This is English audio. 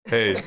Hey